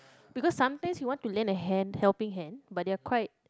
because sometimes you want to lend a hand helping hand but they are quite